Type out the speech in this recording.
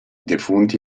defunti